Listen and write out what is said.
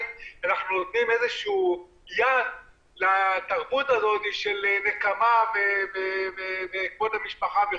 אנחנו נותנים יד לתרבות הזו של נקמה בכבוד המשפחה.